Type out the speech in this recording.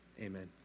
Amen